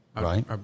Right